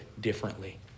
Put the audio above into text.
differently